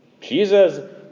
Jesus